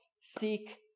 seek